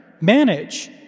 manage